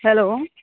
hello